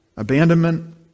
Abandonment